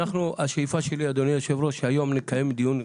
השאיפה שלי, אדוני היושב-ראש, שהיום נקיים דיון.